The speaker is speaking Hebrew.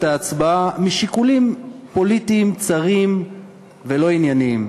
ההצבעה משיקולים פוליטיים צרים ולא ענייניים.